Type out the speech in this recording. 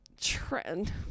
trend